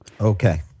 Okay